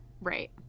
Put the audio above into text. Right